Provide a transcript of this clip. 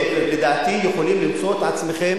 לדעתי, יכולים למצוא את עצמכם